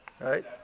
Right